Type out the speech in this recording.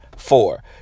four